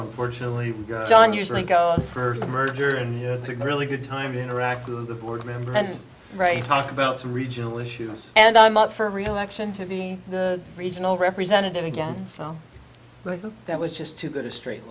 unfortunately john usually goes for the merger and you know it's a really good time to interact with the board member that's right talk about some regional issues and i'm up for reelection to be the regional representative again so that was just too good a straight